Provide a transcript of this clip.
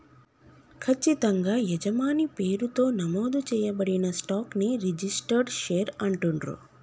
ఖచ్చితంగా యజమాని పేరుతో నమోదు చేయబడిన స్టాక్ ని రిజిస్టర్డ్ షేర్ అంటుండ్రు